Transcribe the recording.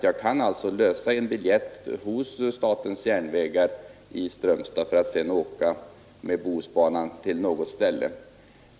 Jag kan lösa biljett hos statens järnvägar i Strömstad för att resa på Bohusbanan till något ställe.